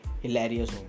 hilarious